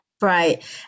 Right